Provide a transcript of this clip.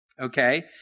Okay